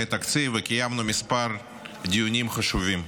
התקציב וקיימנו כמה דיונים חשובים.